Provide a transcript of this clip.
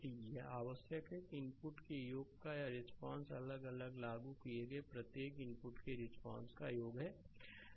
slide समय देखें 0106 यह आवश्यक है कि इनपुट के एक योग का रिस्पांसअलग अलग लागू किए गए प्रत्येक इनपुट के रिस्पांस का योग है